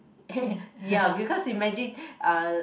ya because imagine uh